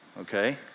okay